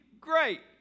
Great